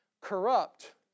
corrupt